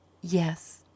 Yes